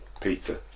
Peter